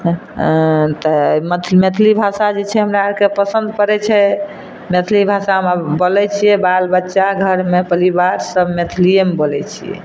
तऽ ई मैथ मैथिली भाषा जे छै हमरा आरके पसन्द पड़ैत छै मैथिली भाषामे बोलैत छियै बाल बच्चा घरमे पलिबार सब मैथिलिएमे बोलैत छियै